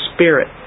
Spirit